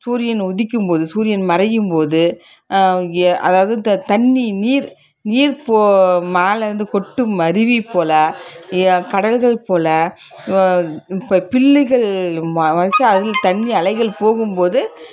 சூரியன் உதிக்கும் போது சூரியன் மறையும் போது கிய அதாவது த தண்ணி நீர் நீர் போ மேலிருந்து கொட்டும் அருவிப் போல ய கடல்கள் போல ப புல்லுகள் மொ மொளச்சு அதுலிருந்து தண்ணி அலைகள் போகும்போது